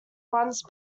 once